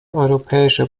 europäischer